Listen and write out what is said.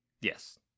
Yes